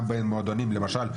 גם בין מועדונים למשל,